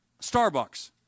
Starbucks